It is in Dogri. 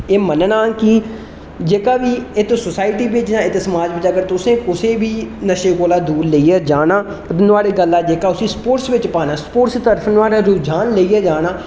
एह् मन्नना कि जेह्का बी इत्त सोसाइटी बिच जां इत्त समाज बिच्च अगर तुसें कुसा गी बी नशे कोला दूर लेइयै जाना ते नुआढ़ी गल्ला जेहका उसी स्पोर्ट्स बिच पाना स्पोर्ट्स तरफ नुआढ़ा रुझान लेइयै जाना